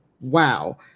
Wow